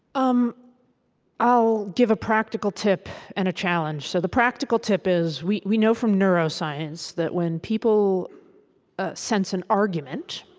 um i'll give a practical tip and a challenge. so the practical tip is we we know from neuroscience that when people ah sense an argument,